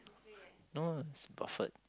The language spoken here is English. no ah it's Buffet